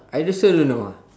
I also don't know ah